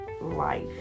life